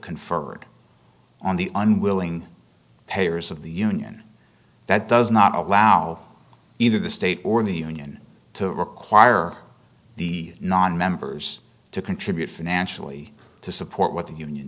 conferred on the unwilling payers of the union that does not allow either the state or the union to require the nonmembers to contribute financially to support what the union